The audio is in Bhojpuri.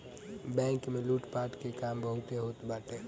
बैंक में लूटपाट के काम बहुते होत बाटे